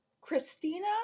Christina